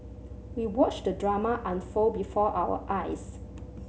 we watched the drama unfold before our eyes